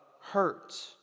hurt